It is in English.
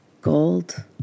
gold